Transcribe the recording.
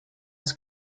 its